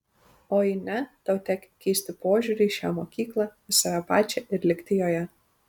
o jei ne tau tek keisti požiūrį į šią mokyklą į save pačią ir likti joje